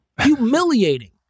Humiliating